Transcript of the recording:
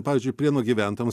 pavyzdžiui prienų gyventojams